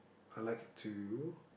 I like to